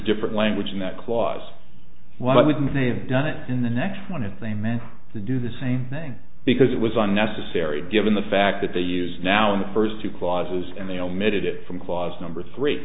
different language in that clause why wouldn't they have done it in the next one if they meant to do the same thing because it was unnecessary given the fact that they use now in the first two clauses and they omitted it from clause number